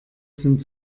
sind